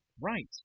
Right